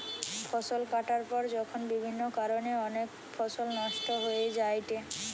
ফসল কাটার পর যখন বিভিন্ন কারণে অনেক ফসল নষ্ট হয়ে যায়েটে